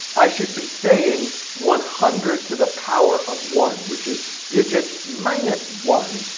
i should be saying one hundred to the power of one, which is digits minus one,